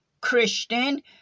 Christian